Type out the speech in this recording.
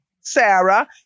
Sarah